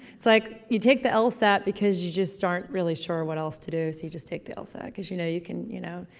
it's like, you take the lsat because you just aren't really sure what else to do. so, you just take the lsat, because you know, you can you know.